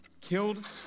killed